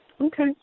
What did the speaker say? Okay